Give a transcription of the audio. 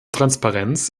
transparenz